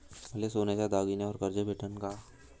मले सोन्याच्या दागिन्यावर कर्ज भेटन का?